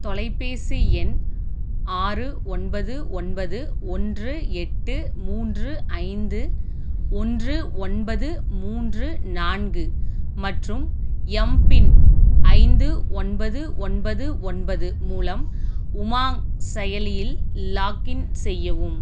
தொலைபேசி எண் ஆறு ஒன்பது ஒன்பது ஒன்று எட்டு மூன்று ஐந்து ஒன்று ஒன்பது மூன்று நான்கு மற்றும் எம்பின் ஐந்து ஒன்பது ஒன்பது ஒன்பது மூலம் உமங் செயலியில் லாக்இன் செய்யவும்